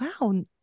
wow